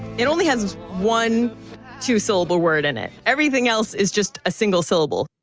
it only has one two-syllable word in it. everything else is just a single syllable.